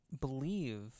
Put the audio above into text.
believe